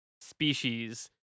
species